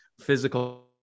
physical